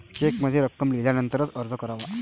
चेकमध्ये रक्कम लिहिल्यानंतरच अर्ज करावा